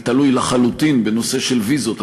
אני תלוי לחלוטין בנושא של ויזות,